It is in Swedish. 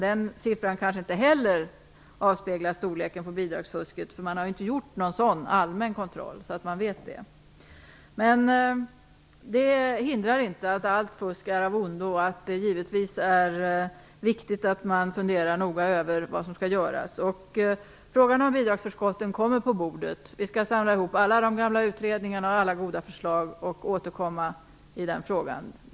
Den siffran kanske inte heller avspeglar storleken på bidragsfusket. Man har ju inte gjort någon allmän kontroll, så att man vet det. Det hindrar inte att allt fusk är av ondo. Det är givetvis viktigt att man funderar noga över vad som skall göras. Frågan om bidragsförskottet kommer på bordet. Vi skall samla ihop alla de gamla utredningarna och alla goda förslag och återkomma i den frågan.